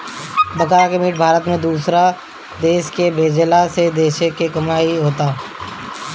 बकरा के मीट भारत दूसरो देश के भेजेला जेसे देश के कमाईओ होता